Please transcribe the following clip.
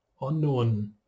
unknown